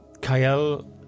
Kyle